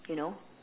you know